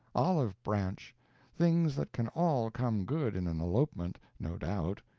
olive branch things that can all come good in an elopement, no doubt,